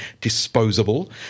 disposable